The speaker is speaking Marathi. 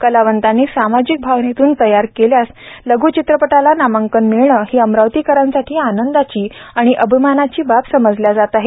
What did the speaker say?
कलावंतांनी सामाजिक भावनेतून तयार केलेल्या लघ चित्रपटाला न्यायालयाने नामांकन देणे ही अमरावतीकरासाठी आनंदाची आणि अभिमानाची बाब समजल्या जात आहे